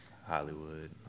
Hollywood